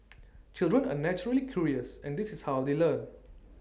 children are naturally curious and this is how they learn